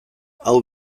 hau